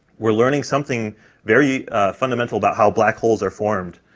we're learning something very fundamental about how black holes are formed,